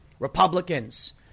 Republicans